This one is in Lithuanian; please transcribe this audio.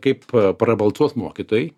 kaip prabalsuos mokytojai